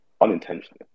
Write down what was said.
unintentionally